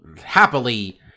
happily